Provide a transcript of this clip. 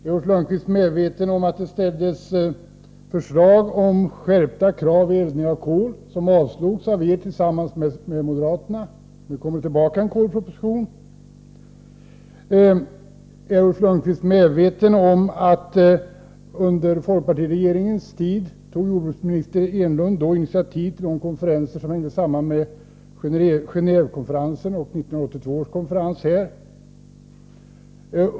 Är Ulf Lönnqvist medveten om att det framlades förslag om skärpta krav vid eldning med kol, förslag som ni tillsammans med moderaterna avslog? Nu kommer det åter en kolproposition. Är Ulf Lönnqvist medveten om att jordbruksminister Enlund under folkpartiregeringens tid tog initiativ till de konferenser som hängde samman med Genåvekonferensen och 1982 års konferens här i Stockholm?